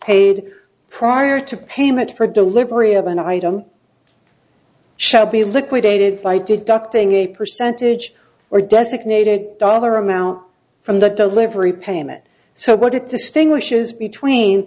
paid prior to payment for deliberate of an item shall be liquidated by deducting a percentage or designated dollar amount from the delivery payment so what